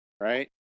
right